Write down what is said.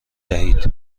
دهید